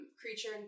Creature